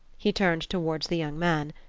he turned toward the young man.